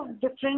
different